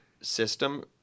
system